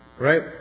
right